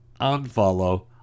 unfollow